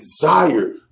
desire